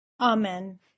Amen